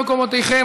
אדוני מוותר גם.